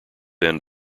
end